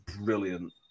brilliant